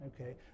okay